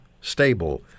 stable